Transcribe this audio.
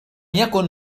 يكن